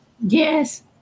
Yes